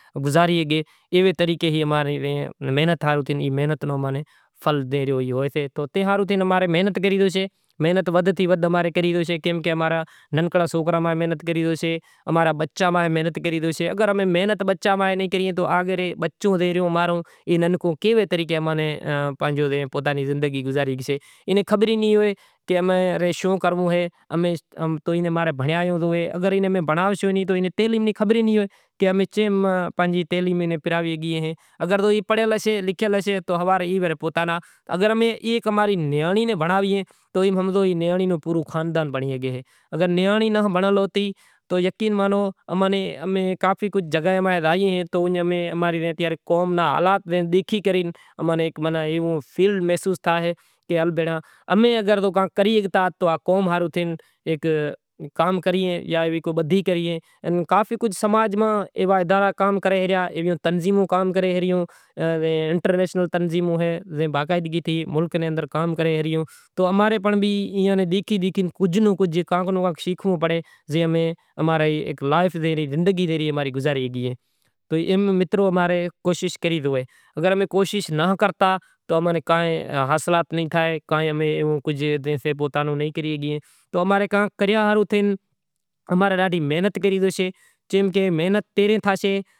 گزار گئے ای رے ہاروں اماں ری محنت مانیں پھل ڈئی ریو سے، محنت کری ریو سے، نانکا امارا سوکرا محنت کری ریو سے اماں را بچاں ماہ محنت کری ریو سے۔ محنت کراں زے اماں رو بچو ریو اے پسے کہڑے نمونے پوتاں نیں زندگی گزاری شگشے۔ انیں خبر ئی نہیں ہوئے کہ اماں نیں شوں کرنڑو ہوئے، اگر اینوں بھنڑاوسو نہیں تو اینیں خبر ئی نہیں ہوئے کہ کیوے نمونے پڑہیل ہوسے لکھیل ہوسے اگر یں ہیک نیانڑی ناں بھنڑائیں تو ایم ہمزو نیانڑی نو پورو خاندان بھنڑی زاشے۔ اگر نیانڑی ناں بھنڑیل ہوتی تو اماں نی قوم ناں حالات ڈیکھے کرے قوم ہاروں تھے کو کام کریئے یا بدہی کریں۔ تو اماں رےکریاں ہاروں تھائے اماں نیں ڈاڈھی محنت کرنوی پڑسے۔